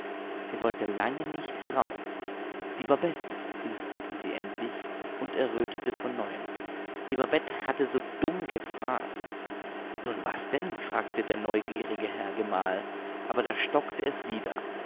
sie wollte lange nicht heraus die babette flüsterte sie endlich und errötete von neuem die babette hatte so dumm gefragt nun was denn fragte der neugierige herr gemahl aber da stockte es wieder